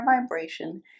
vibration